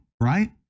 right